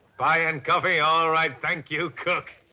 pie and coffee! all right. thank you, colonel.